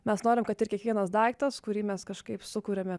mes norim kad ir kiekvienas daiktas kurį mes kažkaip sukuriame